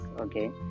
Okay